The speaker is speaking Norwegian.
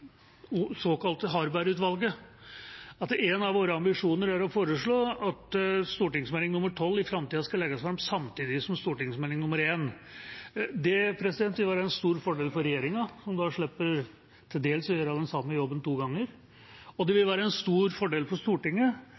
såkalte Harberg-utvalget – at en av våre ambisjoner er å foreslå at Meld. St. 12 i framtida skal legges fram samtidig som Prop. 1 S. Det vil være en stor fordel for regjeringa, som da slipper til dels å gjøre den samme jobben to ganger, og det vil være en stor fordel for Stortinget,